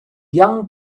young